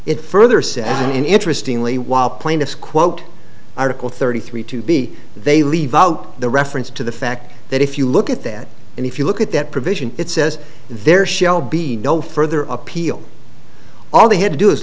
an interesting lee while plaintiffs quote article thirty three to be they leave out the reference to the fact that if you look at that and if you look at that provision it says there shall be no further appeal all they had to do is